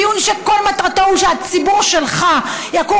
דיון שכל מטרתו היא שהציבור שלך יקום